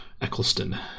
Eccleston